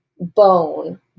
bone